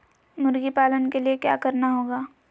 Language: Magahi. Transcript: मुर्गी पालन के लिए क्या करना होगा?